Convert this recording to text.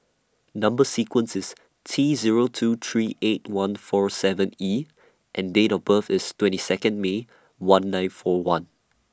Number sequence IS T Zero two three eight one four seven E and Date of birth IS twenty Second May one nine four one